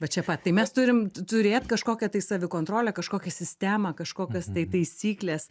va čia pat tai mes turim turėt kažkokią tai savikontrolę kažkokią sistemą kažkokias tai taisykles